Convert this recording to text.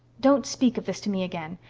don't speak of this to me again.